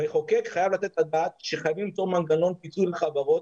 המחוקק חייב לתת את הדעת שחייבים למצוא מנגנון פיצוי לחברות